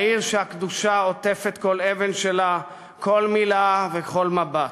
בעיר שהקדושה עוטפת כל אבן שלה, כל מילה וכל מבט.